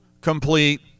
complete